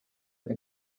have